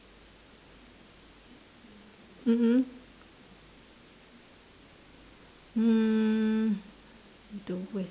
mmhmm mm